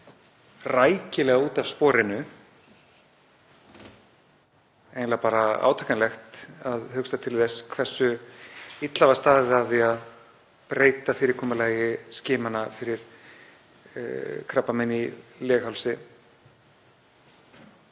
rækilega út af sporinu, eiginlega bara átakanlegt að hugsa til þess hversu illa var staðið að því að breyta fyrirkomulagi skimana fyrir krabbameini í leghálsi